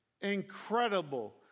incredible